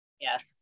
yes